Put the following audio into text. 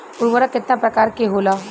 उर्वरक केतना प्रकार के होला?